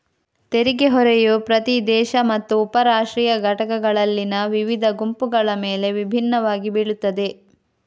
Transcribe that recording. ತೆರಿಗೆ ಹೊರೆಯು ಪ್ರತಿ ದೇಶ ಮತ್ತು ಉಪ ರಾಷ್ಟ್ರೀಯ ಘಟಕಗಳಲ್ಲಿನ ವಿವಿಧ ಗುಂಪುಗಳ ಮೇಲೆ ವಿಭಿನ್ನವಾಗಿ ಬೀಳುತ್ತದೆ